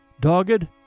dogged